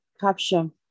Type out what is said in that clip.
Caption